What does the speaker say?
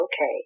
okay